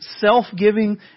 self-giving